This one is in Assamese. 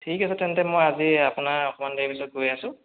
ঠিক আছে তেন্তে মই আজি আপোনাৰ অকণমান দেৰিৰ পিছত গৈ আছোঁ